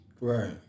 Right